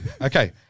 Okay